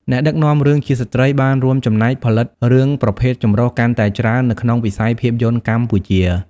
អ្នកដឹកនាំរឿងជាស្ត្រីបានរួមចំណែកផលិតរឿងប្រភេទចម្រុះកាន់តែច្រើននៅក្នុងវិស័យភាពយន្តកម្ពុជា។